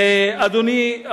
אדוני,